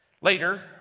Later